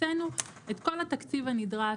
הקצינו את כל התקציב הנדרש,